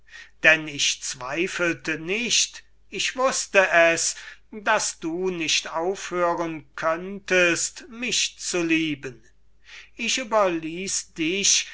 denn ich zweifelte nicht ich wußte es daß du nicht aufhören könntest mich zu lieben ich überließ dich